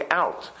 out